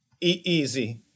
easy